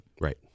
Right